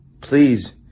please